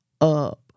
up